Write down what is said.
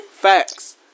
facts